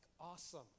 awesome